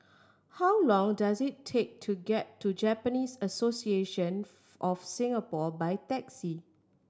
how long does it take to get to Japanese Association of Singapore by taxi